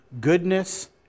goodness